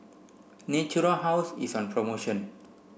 Natura House is on promotion